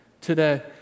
today